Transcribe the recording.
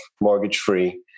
mortgage-free